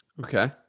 Okay